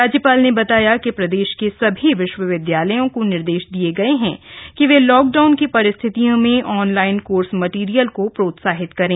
राज्यपाल ने बताया कि प्रदेश के सभी विश्वविदयालयों को निर्देश दिये गये हैं कि वे लॉकडाउन की परिस्थितियों में ऑनलाइन कोर्स मैटीरियल को प्रोत्साहित करें